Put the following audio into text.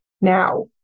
now